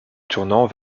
tournant